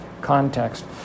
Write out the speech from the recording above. context